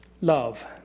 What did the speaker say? love